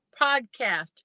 podcast